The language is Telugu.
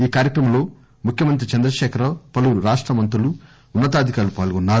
ఈ కార్యక్రమంలో ముఖ్యమంత్రి చంద్రకేఖర్ రావు పలువురు రాష్ట మంత్రులు ఉన్న తాధికారులు పాల్గొన్నారు